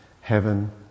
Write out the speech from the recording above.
heaven